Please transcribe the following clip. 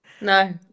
No